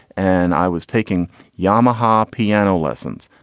and i was taking yamaha piano lessons.